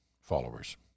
followers